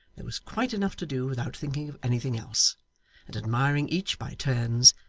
there was quite enough to do without thinking of anything else and admiring each by turns,